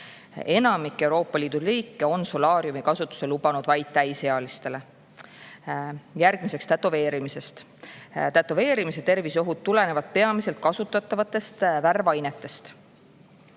Enamik Euroopa Liidu riike on solaariumikasutuse lubanud vaid täisealistele. Järgmiseks tätoveerimisest. Tätoveerimise terviseohud tulenevad peamiselt kasutatavatest värvainetest.